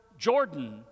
Jordan